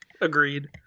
agreed